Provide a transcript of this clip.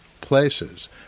places